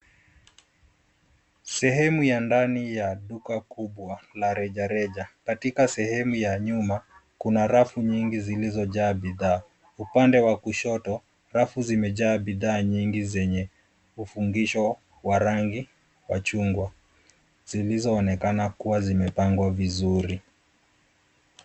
Sehemu ya ndani ya duka kubwa la rejareja, katika sehemu ya nyuma kuna rafu nyingi zilizojaa bidhaa. Upande wa kushoto rafu zimejaa bidhaa nyingi zenye ufungisho wa rangi wa chungwa zilizoonekana kuwa zimepangwa vizuri.